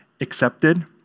accepted